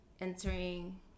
entering